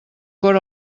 cor